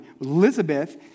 Elizabeth